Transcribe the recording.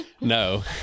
No